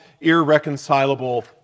irreconcilable